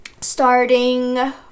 starting